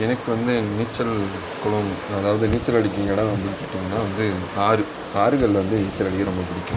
எனக்கு வந்து நீச்சல் குளம் அதாவது நீச்சல் அடிக்கும் இடம் பிடிச்ச இடம்னா வந்து ஆறு ஆறுகளில் வந்து நீச்சல் அடிக்க ரொம்ப பிடிக்கும்